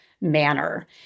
manner